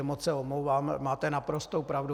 Moc se omlouvám, máte naprostou pravdu.